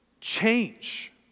change